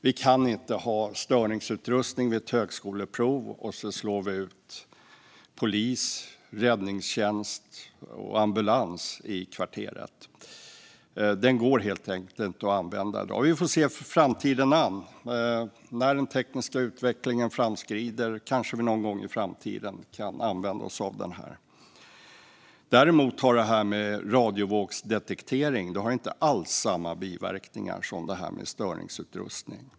Vi kan inte ha störningsutrustning vid ett högskoleprov som slår ut polis, räddningstjänst och ambulans i kvarteret. Den utrustningen går helt enkelt inte att använda i dag. Vi får se framtiden an. När den tekniska utvecklingen framskrider kanske vi kan använda oss av detta. Radiovågsdetektering har däremot inte alls samma biverkningar som störningsutrustningen.